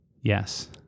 Yes